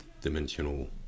dimensional